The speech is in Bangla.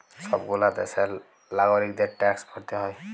সব গুলা দ্যাশের লাগরিকদের ট্যাক্স ভরতে হ্যয়